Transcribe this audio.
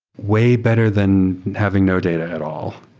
way better than having no data at all,